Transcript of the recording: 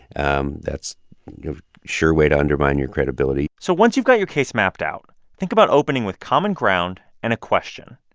um that's a sure way to undermine your credibility so once you've got your case mapped out, think about opening with common ground and a question.